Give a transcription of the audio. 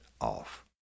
off